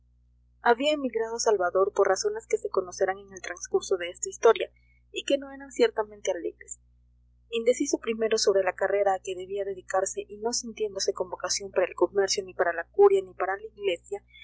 había emigrado salvador por razones que se conocerán en el transcurso de esta historia y que no eran ciertamente alegres indeciso primero sobre la carrera a que debía dedicarse y no sintiéndose con vocación para el comercio ni para la curia ni para la iglesia